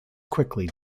quickly